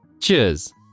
cheers